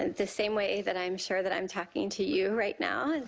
and the same way that i'm sure that i'm talking to you right now.